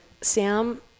Sam